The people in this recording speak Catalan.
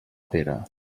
pere